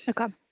Okay